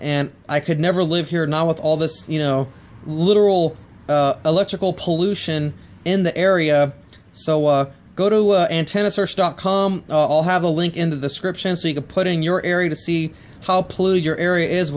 and i could never live here not with all this you know literal electrical pollution in the area so we go to antenna search dot com all have a link in the description so you can put in your area to see how polluted your area is